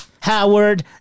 Howard